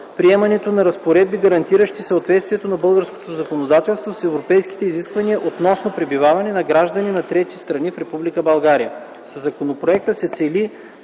приемането на разпоредби, гарантиращи съответствието на българското законодателство с европейските изисквания относно пребиваването на граждани на трети страни в Република България. Със законопроекта се цели